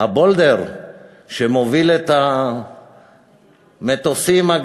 ההולדר שמוביל את המטוסים.